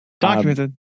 Documented